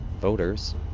voters